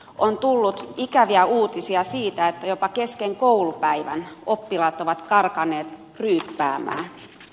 on tullut ikäviä uutisia siitä että jopa kesken koulupäivän oppilaat ovat karanneet ryyppäämään